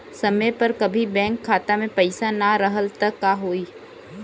समय पर कभी बैंक खाता मे पईसा ना रहल त का होई?